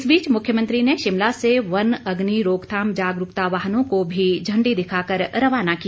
इस बीच मुख्यमंत्री ने शिमला से वन अग्नि रोकथाम जागरूकता वाहनों को भी झंडी दिखाकर रवाना किया